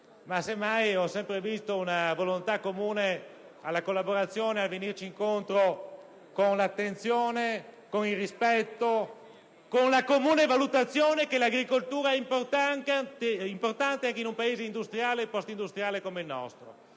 Semmai ho sempre visto una volontà comune alla collaborazione, a venirci incontro con attenzione, nonché il rispetto e la comune valutazione che l'agricoltura è importante in un Paese industriale e post‑industriale come il nostro.